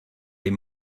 les